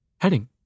Heading